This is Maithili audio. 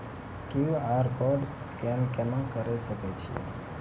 क्यू.आर कोड स्कैन केना करै सकय छियै?